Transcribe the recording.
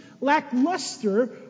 lackluster